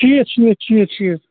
شیٖتھ شیٖتھ شیٖتھ شیٖتھ